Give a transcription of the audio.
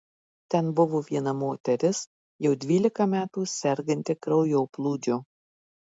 ten buvo viena moteris jau dvylika metų serganti kraujoplūdžiu